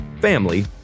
family